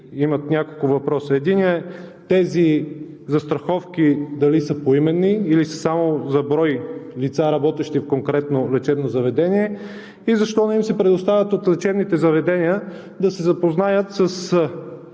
имат няколко въпроса: тези застраховки дали са поименни, или са само за брой лица, работещи в конкретно лечебно заведение; защо не им се предоставят от лечебните заведения да се запознаят с